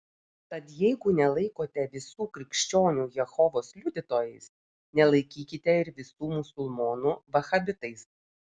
tad jeigu nelaikote visų krikščionių jehovos liudytojais nelaikykite ir visų musulmonų vahabitais